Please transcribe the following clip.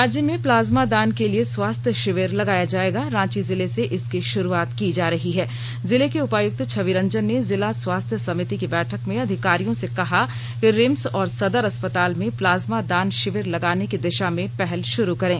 राज्य में प्लाज्मा दान के लिए स्वास्थ्य शिविर लगाया जाएगा रांची जिले से इसकी शुरूआत की जा रही है जिले के उपायुक्त छवि रंजन ने जिला स्वास्थ्य समिति की बैठक में अधिकारियों से कहा कि रिम्स और सदर अस्पताल में प्लाज्मा दान शिविर लगाने की दिशा में पहल शुरू करें